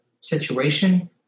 situation